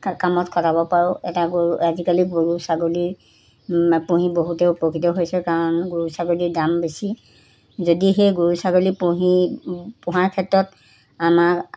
কামত খটাব পাৰোঁ এটা গৰু আজিকালি গৰু ছাগলী পুহি বহুতে উপকৃত হৈছে কাৰণ গৰু ছাগলীৰ দাম বেছি যদি সেই গৰু ছাগলী পুহি পোহাৰ ক্ষেত্ৰত আমাৰ